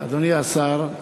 אדוני השר,